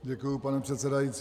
Děkuji, pane předsedající.